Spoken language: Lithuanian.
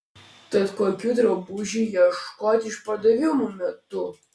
tad kokių drabužių ieškoti išpardavimų metu